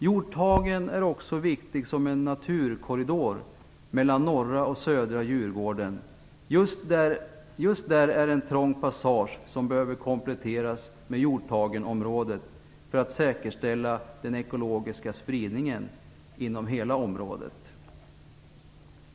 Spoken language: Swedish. Hjorthagen är också viktig som en naturkorridor mellan norra och södra Djurgården. Just där finns en trång passage som behöver kompletteras med Hjorthagenområdet för att säkerställa den ekologiska spridningen inom hela området.